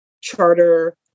charter